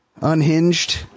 unhinged